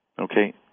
Okay